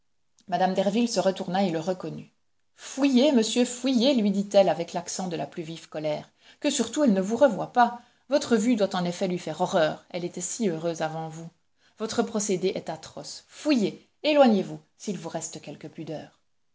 mme derville se retourna et le reconnut fuyez monsieur fuyez lui dit-elle avec l'accent de la plus vive colère que surtout elle ne vous revoie pas votre vue doit en effet lui faire horreur elle était si heureuse avant vous votre procédé est atroce fuyez éloignez-vous s'il vous reste quelque pudeur